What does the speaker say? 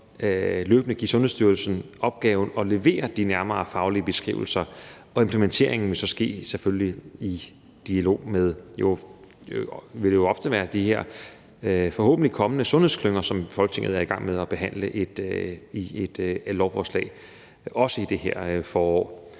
løbende give Sundhedsstyrelsen opgaven med at levere de nærmere faglige beskrivelser. Implementeringen vil så selvfølgelig ske i dialog. Det vil jo ofte være med de her forhåbentlig kommende sundhedsklynger, som Folketinget er i gang med at behandle i et lovforslag, også i det for forår.